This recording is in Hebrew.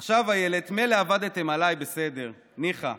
עכשיו, אילת, מילא עבדתם עליי, בסדר, ניחא,